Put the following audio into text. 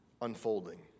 unfolding